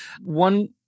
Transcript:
One